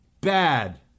Bad